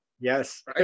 Yes